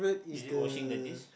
is it washing the dish